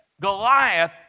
Goliath